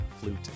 flute